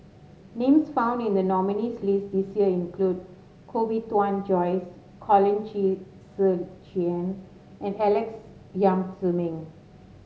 names found in the nominees' list this year include Koh Bee Tuan Joyce Colin Qi Zhe Quan and Alex Yam Ziming